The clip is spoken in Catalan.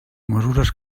mesures